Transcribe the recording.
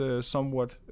somewhat